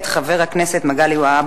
וזה העניין אם היישוב מוכר או לא-מוכר?